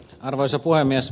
arvoisa puhemies